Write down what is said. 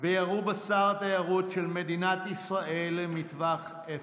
וירו בשר התיירות של מדינת ישראל מטווח אפס.